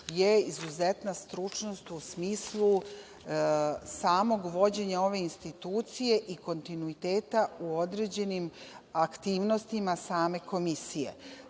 je izuzetna stručnost u smislu samog vođenja ove institucije i kontinuiteta u određenim aktivnostima same komisije.